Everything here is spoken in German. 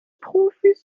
profis